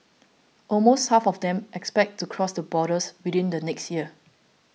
almost half of them expect to cross the borders within the next year